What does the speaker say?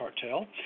cartel